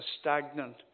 stagnant